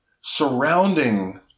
surrounding